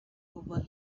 over